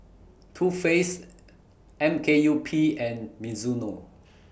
Too Faced M K U P and Mizuno